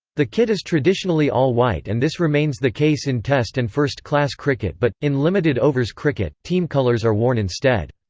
the kit is traditionally all white and this remains the case in test and first-class cricket but, in limited overs cricket, team colours are worn instead.